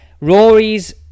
Rory's